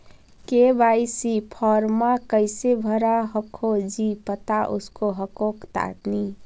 KYC फॉर्मा कैसे भरा हको जी बता उसको हको तानी?